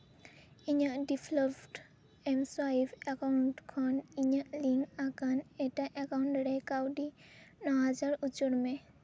ᱤᱧᱟᱹᱜ ᱰᱤᱯᱷᱞᱤᱯᱴ ᱮᱢ ᱥᱚᱭᱤᱯ ᱮᱠᱟᱣᱩᱱᱴ ᱠᱷᱚᱱ ᱤᱧᱟᱹᱜ ᱞᱤᱝᱠ ᱟᱠᱟᱱ ᱮᱴᱟᱜ ᱮᱠᱟᱣᱩᱱᱴ ᱨᱮ ᱠᱟᱹᱣᱰᱤ ᱱᱚ ᱦᱟᱡᱟᱨ ᱩᱪᱟᱹᱲ ᱢᱮ